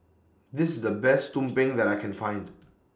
This IS The Best Tumpeng that I Can Find